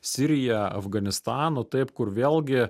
sirija afganistanu taip kur vėlgi